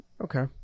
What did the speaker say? Okay